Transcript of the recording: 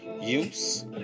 use